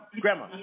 grandma